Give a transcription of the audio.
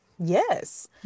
Yes